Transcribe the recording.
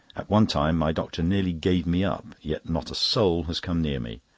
at one time my doctor nearly gave me up, yet not a soul has come near me.